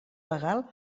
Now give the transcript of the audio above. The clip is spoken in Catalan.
legal